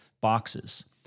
boxes